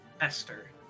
Esther